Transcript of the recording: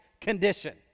condition